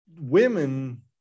women